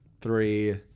three